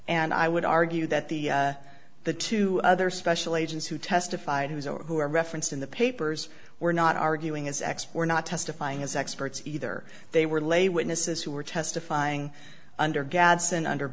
and i would argue that the the two other special agents who testified who is or who are referenced in the papers were not arguing as export not testifying as experts either they were lay witnesses who were testifying under gadson under